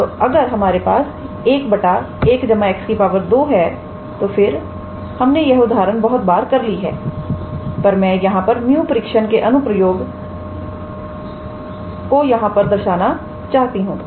तो अगर हमारे पास 11𝑥 2 है तो फिर हमने यह उदाहरण बहुत बार कर ली है पर मैं यहां पर 𝜇 परीक्षण 𝜇 test के अनुप्रयोग को यहां पर दर्शना चाहती हूं